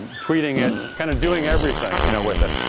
tweeting it, kind of doing everything you know with it.